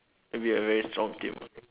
it'll be a very strong team ah